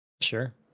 Sure